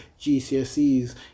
GCSEs